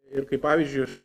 ir kaip pavyzdžiui aš